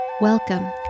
Welcome